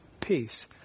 peace